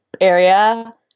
area